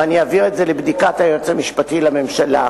ואני אעביר את זה לבדיקת היועץ המשפטי לממשלה.